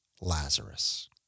Lazarus